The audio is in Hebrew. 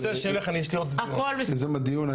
יוזם הדיון.